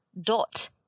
dot